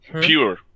pure